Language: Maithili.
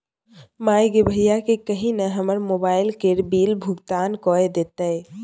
माय गे भैयाकेँ कही न हमर मोबाइल केर बिल भोगतान कए देतै